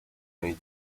may